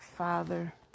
Father